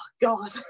God